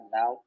now